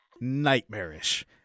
Nightmarish